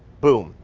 boom.